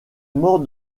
mort